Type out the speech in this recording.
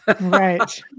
Right